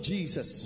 Jesus